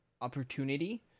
opportunity